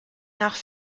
nach